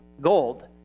gold